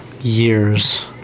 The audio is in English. years